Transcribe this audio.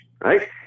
right